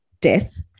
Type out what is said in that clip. death